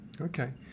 Okay